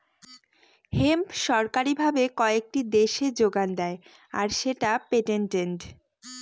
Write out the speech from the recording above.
hemp সরকারি ভাবে কয়েকটি দেশে যোগান দেয় আর সেটা পেটেন্টেড